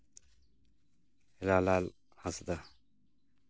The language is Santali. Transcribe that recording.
ᱦᱤᱨᱟᱞᱟᱞ ᱦᱟᱸᱥᱫᱟ